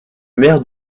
mère